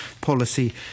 policy